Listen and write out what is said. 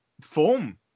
form